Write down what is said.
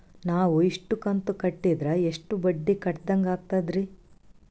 ನಾವು ಇಷ್ಟು ಕಂತು ಕಟ್ಟೀದ್ರ ಎಷ್ಟು ಬಡ್ಡೀ ಕಟ್ಟಿದಂಗಾಗ್ತದ್ರೀ?